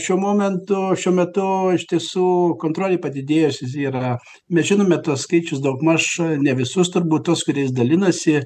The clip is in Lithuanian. šiuo momentu šiuo metu iš tiesų kontrolė padidėjusi yra mes žinome tuos skaičius daugmaž ne visus turbūt tuos kuriais dalinasi